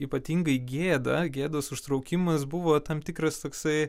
ypatingai gėda gėdos užtraukimas buvo tam tikras toksai